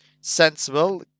Sensible